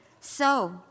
So